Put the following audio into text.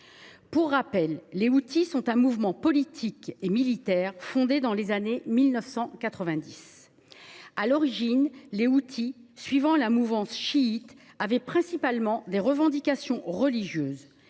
Pour rappel, les Houthis sont un mouvement politique et militaire fondé dans les années 1990. À l’origine, suivant la mouvance chiite, ils avaient principalement des revendications religieuses.